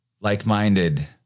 Like-minded